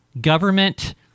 government